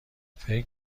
فکر